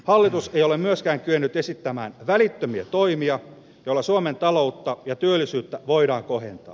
hallitus ei ole myöskään kyennyt esittämään välittömiä toimia joilla suomen taloutta ja työllisyyttä voidaan kohentaa